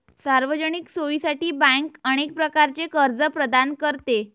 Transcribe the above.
सार्वजनिक सोयीसाठी बँक अनेक प्रकारचे कर्ज प्रदान करते